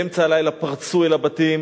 באמצע הלילה פרצו אל הבתים,